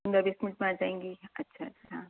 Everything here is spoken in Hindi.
पंद्रह बीस मिनट में आ जाएंगी अच्छा अच्छा